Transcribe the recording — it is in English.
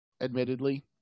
admittedly